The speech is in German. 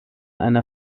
einer